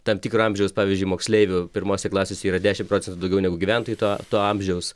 tam tikro amžiaus pavyzdžiui moksleivių pirmose klasėse yra dešim procentų daugiau negu gyventojai to amžiaus